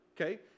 okay